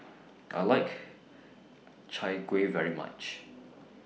I like Chai Kueh very much